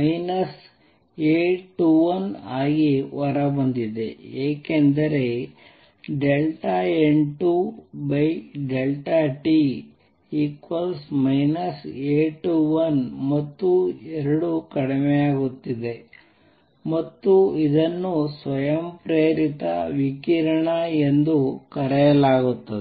A21 ಆಗಿ ಹೊರಬಂದಿದೆ ಏಕೆಂದರೆ N2t A21 ಮತ್ತು 2 ಕಡಿಮೆಯಾಗುತ್ತಿದೆ ಮತ್ತು ಇದನ್ನು ಸ್ವಯಂಪ್ರೇರಿತ ವಿಕಿರಣ ಎಂದು ಕರೆಯಲಾಗುತ್ತದೆ